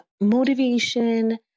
motivation